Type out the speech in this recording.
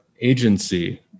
agency